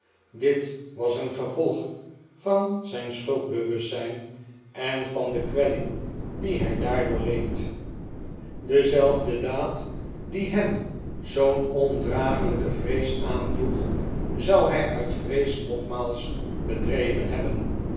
dit was een gevolg van zijn schuldbewustzijn en van de kwelling die hij daardoor leed dezelfde daad die hem zoo'n ondraaglijke vrees aanjoeg zou hij uit vrees nogmaals bedreven hebben